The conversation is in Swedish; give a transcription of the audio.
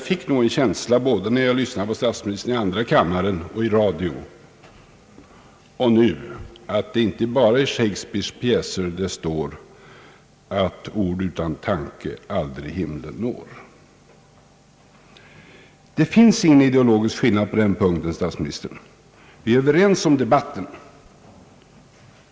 När jag lyssnade till statsministern i andra kammaren och i radion och nu, fick jag en känsla av att det inte bara är hos Shakespeare man erinrar sig att »ord utan tanke aldrig himlen når». Det finns ingen ideologisk skillnad på den punkten, herr statsminister. Vi är överens om debatten.